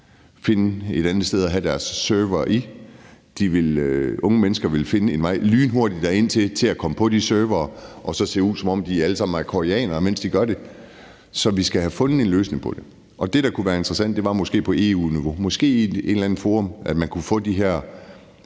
finde et andet sted at have deres servere. Unge mennesker ville lynhurtigt finde en vej ind til at komme på de servere og så se ud, som om de alle sammen er koreanere, mens de gør det. Så vi skal have fundet en løsning på det, og det, der kunne være interessant, var, at det måske var på EU-niveau, måske at man i et eller andet forum kunne få de her